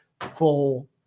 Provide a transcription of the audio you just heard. full